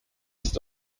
ist